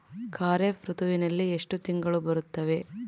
ಖಾರೇಫ್ ಋತುವಿನಲ್ಲಿ ಎಷ್ಟು ತಿಂಗಳು ಬರುತ್ತವೆ?